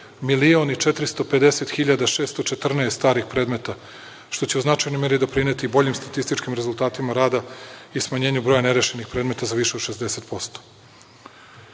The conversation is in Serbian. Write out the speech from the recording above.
1.450.614 starih predmeta, što će u značajnoj meri doprineti boljim statističkim rezultatima rada i smanjenju broja nerešenih predmeta za više od